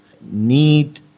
need